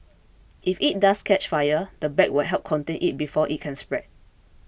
if it does catch fire the bag will help contain it before it can spread